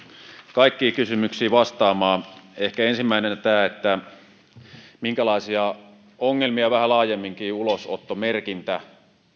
kaikkiin kysymyksiin vastaamaan ehkä ensimmäisenä tämä minkälaisia ongelmia vähän laajemminkin ulosottomerkintä